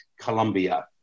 Colombia